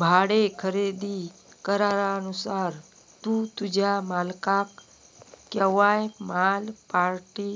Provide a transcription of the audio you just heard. भाडे खरेदी करारानुसार तू तुझ्या मालकाक केव्हाय माल पाटी